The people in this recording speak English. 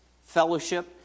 Fellowship